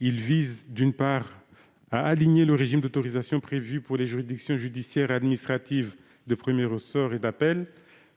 Il vise, d'une part, à aligner le régime d'autorisation prévu pour les juridictions judiciaires et administratives de premier ressort et d'appel